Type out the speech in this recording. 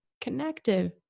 connected